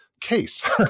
case